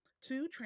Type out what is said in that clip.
two